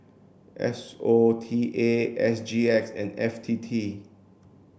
S O T A S G X and F T T